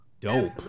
Dope